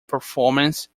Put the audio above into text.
performance